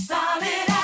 Solid